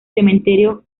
cementerio